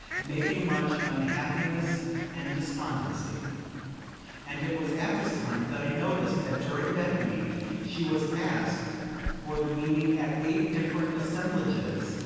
making much unhappiness and despondency and it was at this time that i noticed that during that week she was asked for the meaning at eight different assemblages,